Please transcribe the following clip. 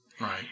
right